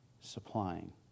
supplying